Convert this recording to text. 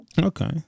Okay